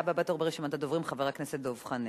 הבא בתור ברשימת הדוברים, חברת הכנסת דב חנין.